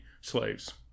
slaves